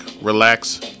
relax